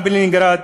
גם בלנינגרד.